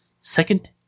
Second